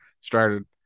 started